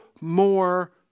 more